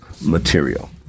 material